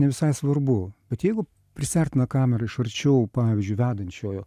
ne visai svarbu bet jeigu prisiartina kamera iš arčiau pavyzdžiui vedančiojo